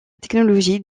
technologie